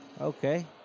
Okay